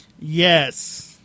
Yes